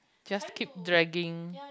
just keep dragging